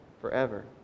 forever